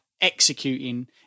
executing